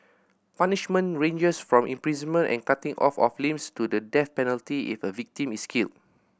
punishment ranges from imprisonment and cutting off of limbs to the death penalty if a victim is killed